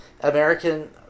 American